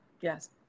yes